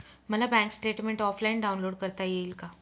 मला bank statement offline download करता येईल का?